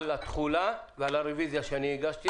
על התחולה ועל הרביזיה שאני הגשתי,